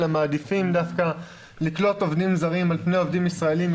אלא מעדיפים דווקא לקלוט עובדים זרים על פני עובדים ישראלים,